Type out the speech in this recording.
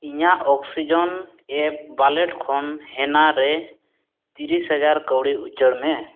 ᱤᱧᱟᱹᱜ ᱠᱷᱚᱱ ᱨᱮ ᱛᱤᱨᱤᱥ ᱦᱟᱡᱟᱨ ᱠᱟᱹᱣᱰᱤ ᱩᱪᱟᱹᱲ ᱢᱮ